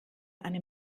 eine